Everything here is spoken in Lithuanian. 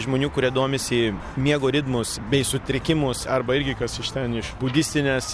žmonių kurie domisi miego ritmus bei sutrikimus arba irgi kas iš ten iš budistinės